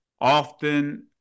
often